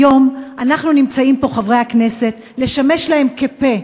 היום אנחנו נמצאים פה, חברי הכנסת, לשמש להם לפה.